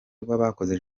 rw’abakoze